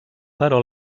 però